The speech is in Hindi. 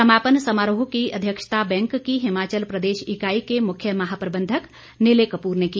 समापन समारोह की अध्यक्षता बैंक की हिमाचल प्रदेश इकाई के मुख्य महा प्रबंधक निलय कपूर ने की